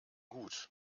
gut